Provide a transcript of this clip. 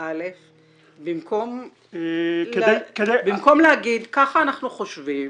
16א במקום להגיד "ככה אנחנו חושבים,